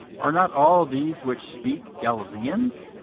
are not all these which speak galilaeans?